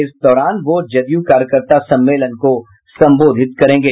इस दौरान वह जदयू कार्यकर्ता सम्मेलन को संबोधित करेंगे